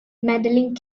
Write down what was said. medaling